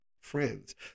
friends